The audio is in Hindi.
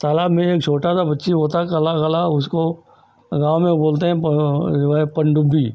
तालाब में एक छोटा सा पक्षी होता है काला काला उसको गाँव में बोलते हैं जो है पनडुब्बी